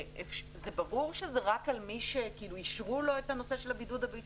זה ברור שזה רק על מי שאישרו לו את הנושא של הבידוד הביתי?